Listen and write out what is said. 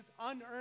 unearned